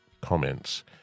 comments